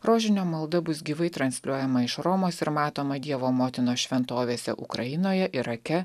rožinio malda bus gyvai transliuojama iš romos ir matoma dievo motinos šventovėse ukrainoje irake